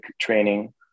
training